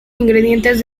ingredientes